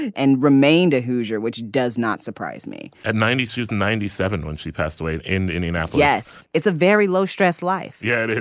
and remained a hoosier which does not surprise me at ninety six ninety seven when she passed away in any life. yes it's a very low stress life. yeah